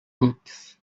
books